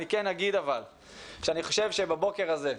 אבל אני כן אגיד שאני חושב שבבוקר הזה,